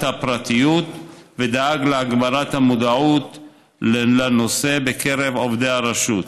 הפרטיות ודאג להגברת המודעות לנושא בקרב עובדי הרשות.